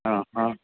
অ' অ'